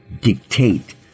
dictate